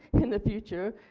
in the future.